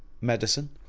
medicine